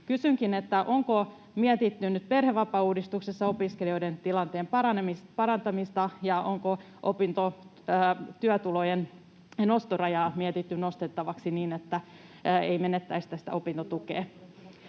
Kysynkin: onko mietitty nyt perhevapaauudistuksessa opiskelijoiden tilanteen parantamista, ja onko opintotyötulojen rajaa mietitty nostettavaksi niin, että ei menettäisi sitä opintotukea?